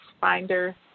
finder